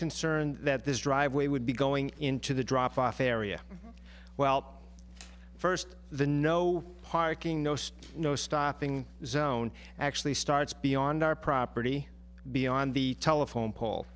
concerned that this driveway would be going into the drop off area well first the no parking no sir no stopping zone actually starts beyond our property beyond the telephone pole